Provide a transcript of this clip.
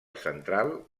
central